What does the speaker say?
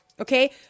Okay